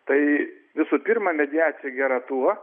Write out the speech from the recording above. tai visų pirma mediacija gera tuo